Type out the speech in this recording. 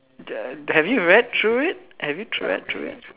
the have you read through it have you read through it